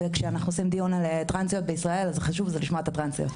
וכשעושים דיון על טרנסיות בישראל אז הכי חשוב זה לשמוע את הטרנסיות.